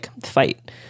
fight